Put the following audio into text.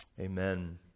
Amen